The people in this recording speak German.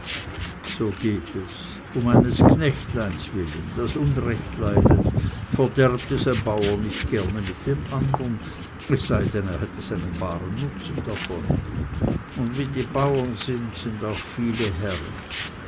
so geht es um eines knechtleins willen das unrecht leidet verderbt ein bauer es nicht gerne mit dem andern es sei denn er hätte seinen baren nutzen davon und wie die bauern sind sind auch viele herren